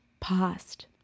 past